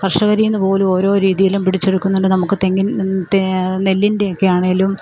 കർഷകരിൽനിന്ന് പോലും ഓരോ രീതിയിലും പിടിച്ചെടുക്കുന്നുണ്ട് നമുക്ക് തെങ്ങിൻ നെല്ലിൻ്റെയൊക്കെയാണെങ്കിലും